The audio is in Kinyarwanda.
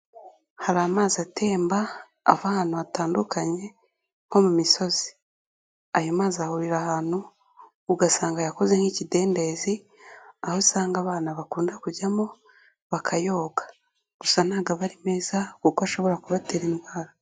Hari amazi atemba ava ahantu hatandukanye nko mu misozi. Ayo mazi ahurira ahantu, ugasanga yakoze nk'ikidendezi, aho usanga abana bakunda kujyamo bakayoga. Gusa ntabwo aba ari meza, kuko ashobora kubatera indwara.